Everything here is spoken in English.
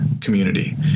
community